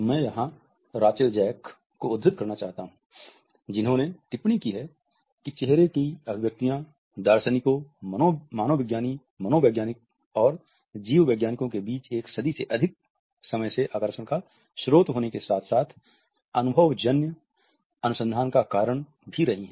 मैं यहां Rachael Jack को उद्धृत करना चाहता हूं जिन्होंने टिप्पणी की है कि चेहरे की अभिव्यक्तियां दार्शनिकों मानवविज्ञानी मनोवैज्ञानिक और जीव वैज्ञानिको के बीच एक सदी से अधिक के लिए आकर्षण का स्रोत होने के साथ साथ अनुभवजन्य अनुसंधान का कारण भी रही हैं